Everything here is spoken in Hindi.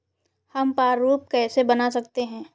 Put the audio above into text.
हम प्रारूप कैसे बना सकते हैं?